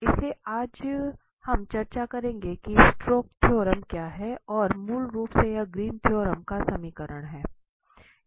इसलिए आज हम चर्चा करेंगे कि स्टोक्स थ्योरम क्या है और मूल रूप से यह ग्रीन थ्योरम का सामान्यीकरण है